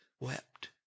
wept